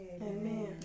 Amen